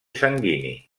sanguini